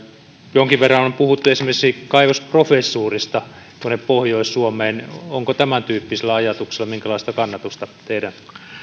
jonkin verran on puhuttu esimerkiksi kaivosprofessuurista tuonne pohjois suomeen onko tämäntyyppisellä ajatuksella minkälaista kannatusta teidän